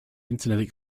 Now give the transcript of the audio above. internet